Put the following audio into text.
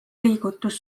liigutus